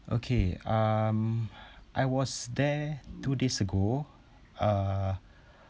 okay um I was there two days ago uh